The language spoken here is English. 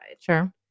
sure